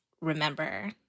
remember